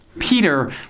Peter